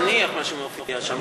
אבל זה זניח, מה שמופיע שם.